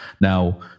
Now